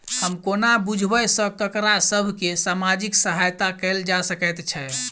हम कोना बुझबै सँ ककरा सभ केँ सामाजिक सहायता कैल जा सकैत छै?